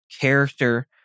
character